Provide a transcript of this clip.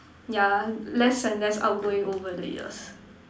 ya less and less outgoing over the years